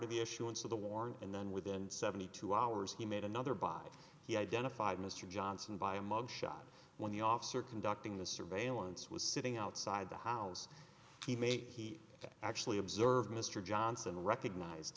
to the issuance of the warrant and then within seventy two hours he made another by he identified mr johnson by a mug shot when the officer conducting the surveillance was sitting outside the house he made he actually observed mr johnson recognized